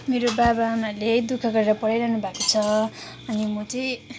मेरो बाबा आमाले दुःख गरेर पढाइरहनु भएको छ अनि म चाहिँ